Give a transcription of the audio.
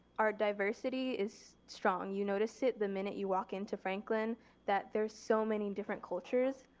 our diversity is strong you notice it the minute you walk into franklin that there are so many different cultures.